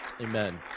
Amen